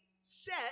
Set